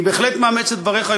אני בהחלט מאמץ את דבריך,